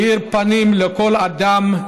והאיר פנים לכל אדם,